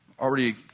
already